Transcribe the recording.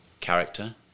Character